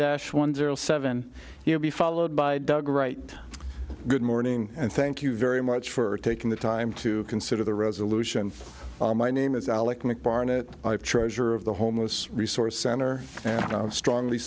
dash one zero seven he'll be followed by doug right good morning and thank you very much for taking the time to consider the resolution my name is alec nick barnett treasurer of the homeless resource center and i strongly